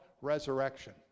resurrection